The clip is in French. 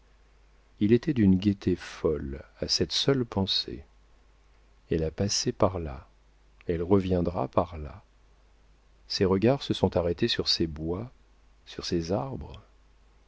il était d'une gaieté folle à cette seule pensée elle a passé par là elle reviendra par là ses regards se sont arrêtés sur ces bois sur ces arbres